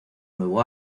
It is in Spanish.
nuevo